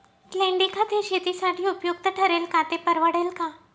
लेंडीखत हे शेतीसाठी उपयुक्त ठरेल का, ते परवडेल का?